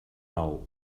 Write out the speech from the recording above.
nou